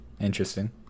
Interesting